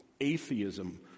atheism